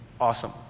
awesome